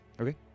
Okay